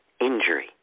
injury